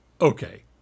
okay